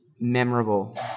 memorable